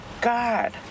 God